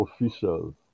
officials